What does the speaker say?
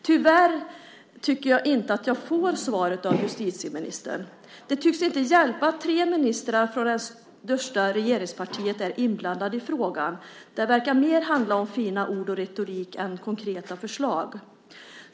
Tyvärr tycker jag inte att jag får svaret av justitieministern. Det tycks inte hjälpa att tre ministrar från det största regeringspartiet är inblandade i frågan. Det verkar mer handla om fina ord och retorik än konkreta förslag.